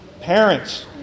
Parents